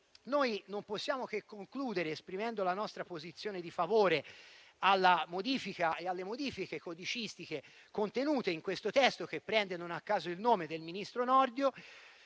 Non possiamo che concludere esprimendo la nostra posizione a favore delle modifiche codicistiche contenute in questo testo, che prende non a caso il nome del ministro Nordio,